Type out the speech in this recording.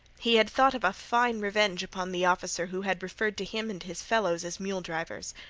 he had thought of a fine revenge upon the officer who had referred to him and his fellows as mule drivers.